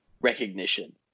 recognition